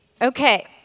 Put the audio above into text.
Okay